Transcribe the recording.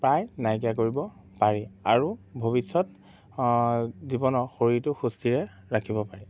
প্ৰায় নাইকিয়া কৰিব পাৰি আৰু ভৱিষ্যত জীৱনৰ শৰীৰটো সুস্থিৰে ৰাখিব পাৰি